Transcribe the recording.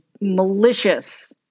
malicious